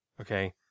Okay